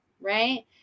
right